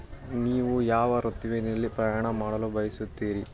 ನೀವು ಯಾವ ಋತುವಿನಲ್ಲಿ ಪ್ರಯಾಣ ಮಾಡಲು ಬಯಸುತ್ತೀರಿ